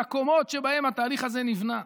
על הקומות שבהן התהליך הזה נבנה.